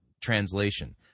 translation